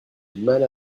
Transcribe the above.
mal